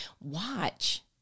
Watch